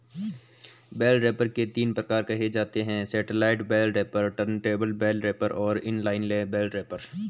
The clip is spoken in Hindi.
बेल रैपर के तीन प्रकार कहे जाते हैं satellite bale wrapper, turntable bale wrapper और इन लाइन बेल रैपर